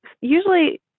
Usually